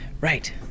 Right